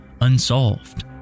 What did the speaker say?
unsolved